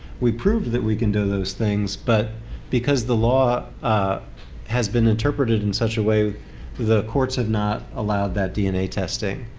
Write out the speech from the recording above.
we proved that we can do those things. but because the law has been interpreted in such a way the courts have not allowed that dna testing.